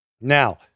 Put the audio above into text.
Now